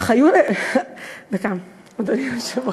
אך היו להם, דקה, אדוני היושב-ראש,